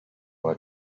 una